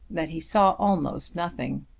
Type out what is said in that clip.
that he saw almost nothing.